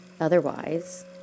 otherwise